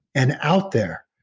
and out there,